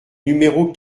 numéro